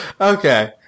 Okay